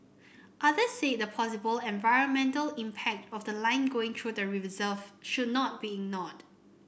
others said the possible environmental impact of the line going through the reserve should not be ignored